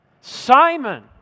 Simon